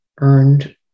earned